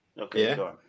okay